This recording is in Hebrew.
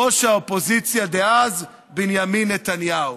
ראש האופוזיציה דאז בנימין נתניהו.